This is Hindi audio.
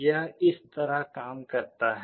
यह इस तरह काम करता है